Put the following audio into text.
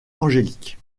angélique